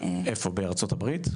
איפה בארצות הברית?